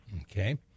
Okay